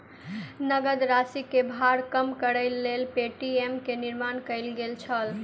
नकद राशि के भार कम करैक लेल पे.टी.एम के निर्माण कयल गेल छल